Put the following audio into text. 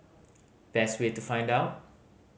best way to find out